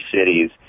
cities